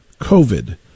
COVID